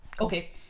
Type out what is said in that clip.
Okay